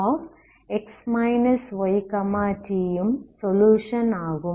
ஆகவே ux yt ம் solution ஆகும்